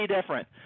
different